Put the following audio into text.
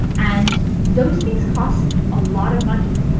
and those things cost a lot of money,